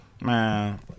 Man